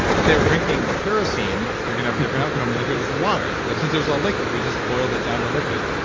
if they were drinking kerosene, you're going to have a different outcome than if it was water, but since it was all liquid, we just boiled it down to liquid.